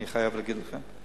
אני חייב להגיד לכם,